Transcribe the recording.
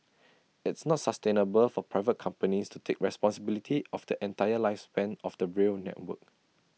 it's not sustainable for private companies to take responsibility of the entire lifespan of the rail network